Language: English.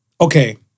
okay